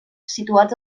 situats